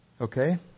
Okay